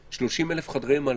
30,000 חדרי מלון,